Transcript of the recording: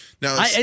Now